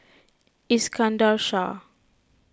Iskandar Shah